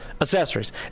accessories